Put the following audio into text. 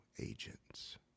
agents